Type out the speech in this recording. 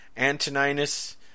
Antoninus